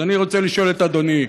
אז אני רוצה לשאול את אדוני.